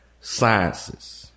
sciences